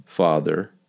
Father